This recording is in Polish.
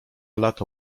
lata